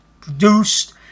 produced